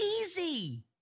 Easy